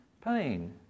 pain